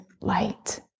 light